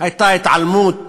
הייתה התעלמות